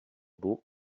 beau